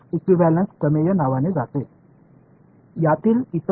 எனவே நான் என்ன செய்தேன் என்றால் எல்லா புலங்களையும் 0 வில் வைத்தேன்